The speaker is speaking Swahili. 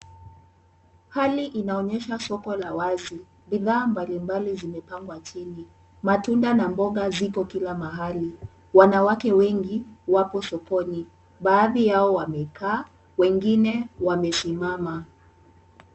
Hali inaonyesha soko la wazi. Bidhaa mbalimbali zimepangwa chini. Matunda na mboga ziko kila mahali. Wanawake wengi wapo sokoni. Baadhi yao wamekaa. Wengine wamesimama.